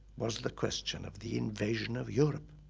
was the question of the invasion of europe.